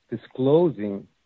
disclosing